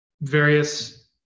various